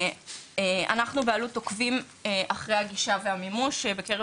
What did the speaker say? ואנחנו באלו"ט עוקבים אחרי הגישה והמימוש בקרב